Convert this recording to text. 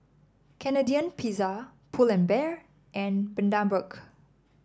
Canadian Pizza Pull and Bear and Bundaberg